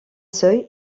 seuil